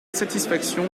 satisfaction